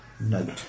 note